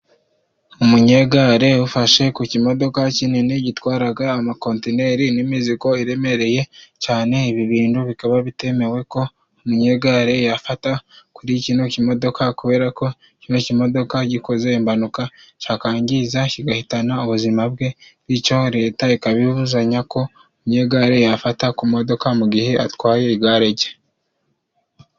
Umunyegare ufashe ku kimodoka kinini, gitwaraga amakontineri, n'imizigo iremereye cyane, ibi bintu bikaba bitemewe ko umunyegare yafata kuri iki kimodoka, kubera ko kino kimodoka gikoze impanuka, cyakwangiza kigahitana ubuzima bwe, bityo leta ikaba ibuzanya ko umunyegare yafata ku modoka, mu gihe atwaye igare rye.